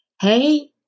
hey